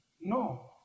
No